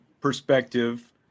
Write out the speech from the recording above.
perspective